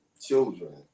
children